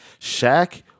Shaq